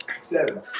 seven